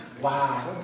Wow